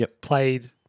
played